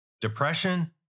depression